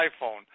iPhone